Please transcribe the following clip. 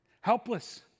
helpless